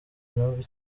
intumbi